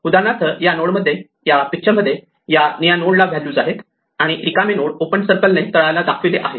उदाहरणार्थ या नोड मध्ये या पिक्चर मध्ये या निळ्या नोडला व्हॅल्यूज आहेत आणि रिकामे नोड ओपन सर्कल ने तळाला दाखवले आहेत